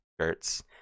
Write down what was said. shirts